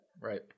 Right